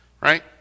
right